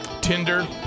Tinder